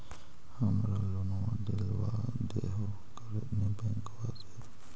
हमरा लोनवा देलवा देहो करने बैंकवा से?